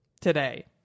today